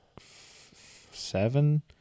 seven